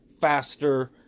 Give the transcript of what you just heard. faster